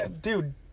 Dude